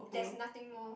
there's nothing more